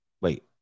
wait